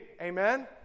Amen